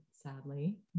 sadly